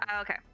Okay